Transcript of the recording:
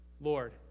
Lord